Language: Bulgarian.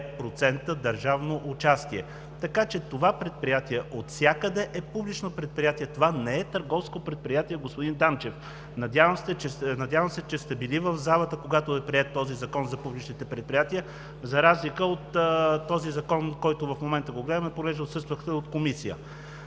с 99,5% държавно участие. Така че това предприятие отвсякъде е публично, това не е търговско предприятие, господин Данчев. Надявам се, че сте били в залата, когато е приет този закон за публичните предприятия, за разлика от този закон, който в момента гледаме, понеже отсъствахте от Комисията.